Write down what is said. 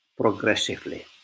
progressively